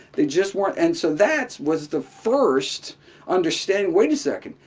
they just weren't and so that was the first understanding. wait a second.